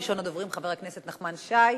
ראשון הדוברים, חבר הכנסת נחמן שי,